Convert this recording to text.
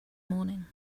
morning